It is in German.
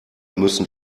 müssen